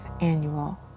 annual